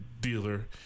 dealer